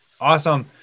Awesome